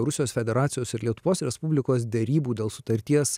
rusijos federacijos ir lietuvos respublikos derybų dėl sutarties